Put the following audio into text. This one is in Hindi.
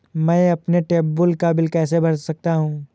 मैं अपने ट्यूबवेल का बिल कैसे भर सकता हूँ?